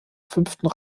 fünften